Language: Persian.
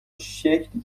شکلی